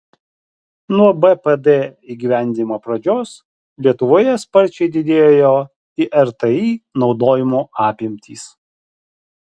nuo bpd įgyvendinimo pradžios lietuvoje sparčiai didėjo irti naudojimo apimtys